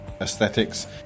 aesthetics